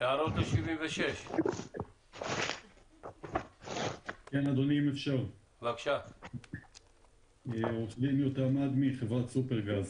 הערות לסעיף 76. חברת סופרגז.